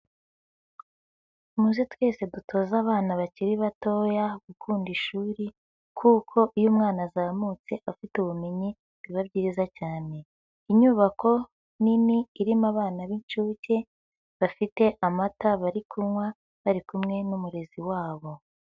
Muze twese dutoze abana bakiri batoya gukunda ishuri, kuko iyo umwana azamutse afite ubumenyi biba byiza cyane, inyubako nini irimo abana b'incuke bafite amata bari kunywa bari kumwe n'umurezi wabo.